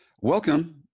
Welcome